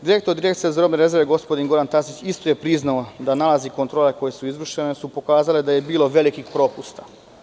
Direktor Direkcije za robne rezerve, gospodin Goran Tasić isto je priznao da su nalazi kontrola koje su izvršene pokazali da je bilo velikih propusta.